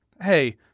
Hey